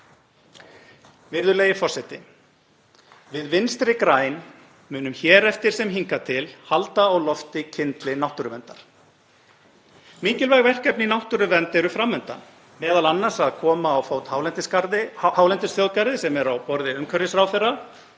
Við Vinstri græn munum hér eftir sem hingað til halda á lofti kyndli náttúruverndar. Mikilvæg verkefni í náttúruvernd eru fram undan, m.a. að koma á fót hálendisþjóðgarði, sem er á borði umhverfisráðherra,